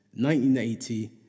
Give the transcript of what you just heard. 1980